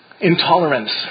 Intolerance